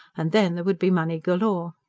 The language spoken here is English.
and then there would be money galore.